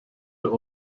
der